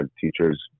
teachers